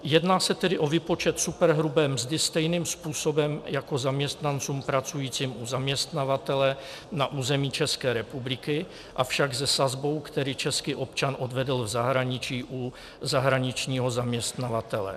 Jedná se tedy o výpočet superhrubé mzdy stejným způsobem jako zaměstnancům pracujícím u zaměstnavatele na území České republiky, avšak se sazbou, kterou český občan odvedl v zahraničí u zahraničního zaměstnavatele.